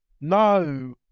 No